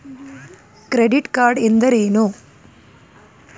Credit card ಎಂದರೇನು?